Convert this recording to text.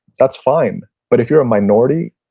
that's fine, but if you're a minority